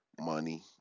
money